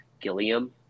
gilliam